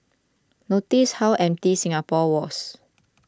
notice how empty Singapore was